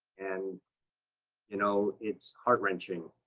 and you know it's heart-wrenching.